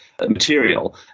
material